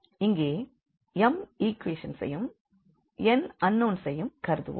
இங்கே m ஈக்வேஷன்ஸையும் n unknowns ஐயும் கருதுவோம்